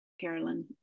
Carolyn